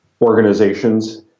organizations